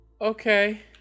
Okay